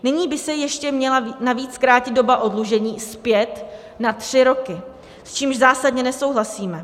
Nyní by se ještě měla navíc zkrátit doba oddlužení zpět na tři roky, s čímž zásadně nesouhlasím.